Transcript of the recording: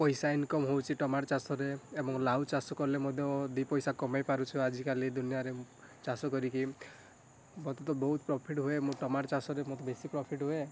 ପଇସା ଇନ୍କମ୍ ହେଉଛି ଟମାଟୋ ଚାଷରେ ଏବଂ ଲାଉ ଚାଷ କଲେ ମଧ୍ୟ ଦୁଇ ପଇସା କମାଇପାରୁଛୁ ଆଜିକାଲି ଦୁନିଆରେ ଚାଷ କରିକି ମୋତେ ତ ବହୁତ ପ୍ରଫିଟ୍ ହୁଏ ମୁଁ ଟମାଟୋ ଚାଷରେ ମୋତେ ବେଶୀ ପ୍ରଫିଟ୍ ହୁଏ